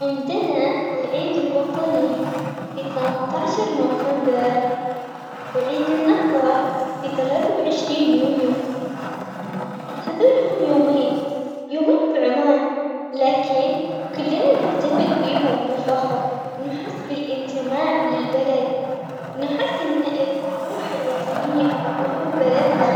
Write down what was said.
بالنهار درج- درجة الحرارة من خمسة وعشرين إلى ثلاثين ممتازة، ما فيها حر ولا برد أما بالليل فدرجة الحرارة عشرين إلى خمسة وعشرين بتكون مثالية، الجو بيكون ب- بيكون حلو وبارد شوي.